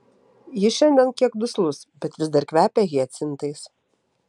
jis šiandien kiek duslus bet vis dar kvepia hiacintais